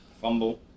Fumble